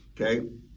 Okay